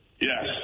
yes